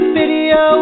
video